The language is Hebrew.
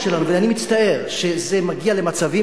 הפוליטיקה